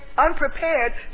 unprepared